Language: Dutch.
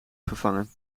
vervangen